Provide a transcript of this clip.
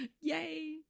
Yay